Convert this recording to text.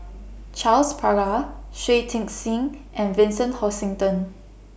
Charles Paglar Shui Tit Sing and Vincent Hoisington